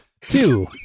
Two